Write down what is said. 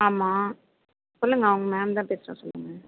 ஆமாம் சொல்லுங்கள் அவங்க மேம் தான் பேசுறே சொல்லுங்கள்